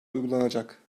uygulanacak